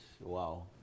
Wow